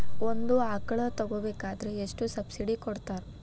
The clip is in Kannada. ಒಂದು ಆಕಳ ತಗೋಬೇಕಾದ್ರೆ ಎಷ್ಟು ಸಬ್ಸಿಡಿ ಕೊಡ್ತಾರ್?